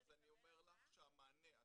לא,